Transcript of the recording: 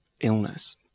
illness